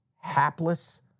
hapless